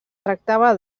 tractava